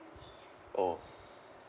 oh